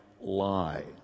lie